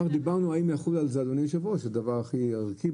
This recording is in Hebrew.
דיברנו על השאלה האם זה לא משהו עוקף